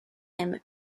him